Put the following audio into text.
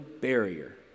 barrier